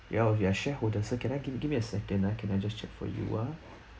ya oh you are shareholders can I give me give me a second ah can I just check for you ah